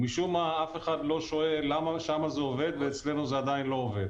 משום מה אף אחד לא שואל למה שם זה עובד ואילו אצלנו זה עדיין לא עובד,